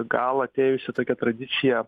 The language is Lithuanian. gal atėjusią tokią tradiciją